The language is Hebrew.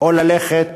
או ללכת,